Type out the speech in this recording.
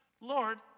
Lord